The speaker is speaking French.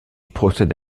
procède